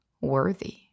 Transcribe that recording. worthy